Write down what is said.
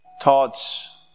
thoughts